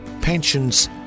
pensions